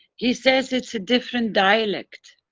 he says its a different dialect.